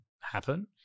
happen